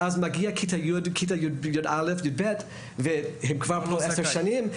ואז מגיעה כתה י"א-י"ב והם כבר פה עשר שנים,